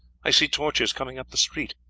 i see torches coming up the street.